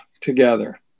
together